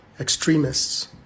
extremists